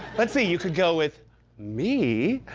let's see, you could go with me,